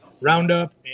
roundup